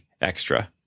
extra